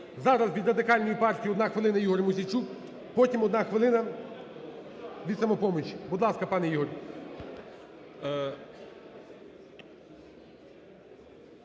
Зараз від Радикальної партії, одна хвилина, Ігор Мосійчук. Потім одна хвилина від "Самопомочі". Будь ласка, пане Ігор.